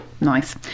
Nice